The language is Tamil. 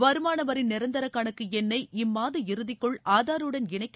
வருமானவரி நிரந்தர கணக்கு எண்ணை இம்மாத இறுதிக்குள் ஆதாருடன் இணைக்க